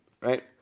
right